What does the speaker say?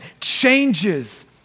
changes